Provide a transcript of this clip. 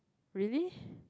really